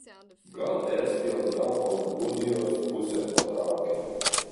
gal estijos gal baltgudijos pusėn patraukė